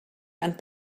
and